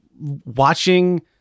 watching